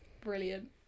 brilliant